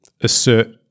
assert